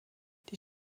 die